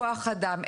כוח אדם,